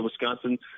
Wisconsin